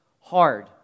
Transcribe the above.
hard